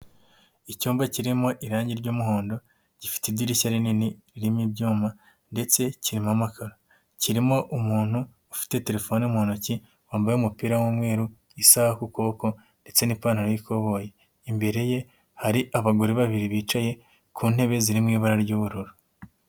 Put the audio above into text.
Icyumba kirimo irangi ry'umuhondo, gifite idirishya rinini ririmo ibyuma ndetse kirimo amakato, kirimo umuntu ufite telefone mu ntoki, wambaye umupira w'umweru, isaha ku kuboko ndetse n'ipantaro y'ikoboyi, imbere ye hari abagore babiri bicaye ku ntebe ziri mu ibara ry'ubururu.